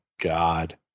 God